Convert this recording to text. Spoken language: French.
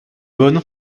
bonne